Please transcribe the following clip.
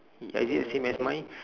I is it the same as mine